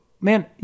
man